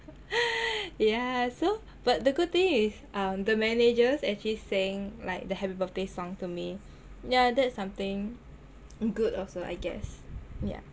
yah so but the good thing is um the managers actually sing like the happy birthday song to me yah that's something good also I guess yah